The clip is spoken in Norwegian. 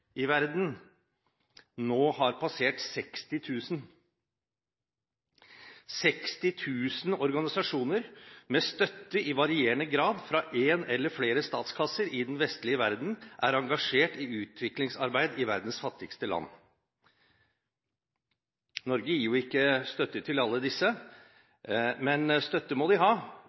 i verden nå har passert 60 000. 60 000 organisasjoner, med støtte i varierende grad fra en eller flere statskasser i den vestlige verden, er engasjert i utviklingsarbeid i verdens fattigste land. Norge gir jo ikke støtte til alle disse, men støtte må de ha,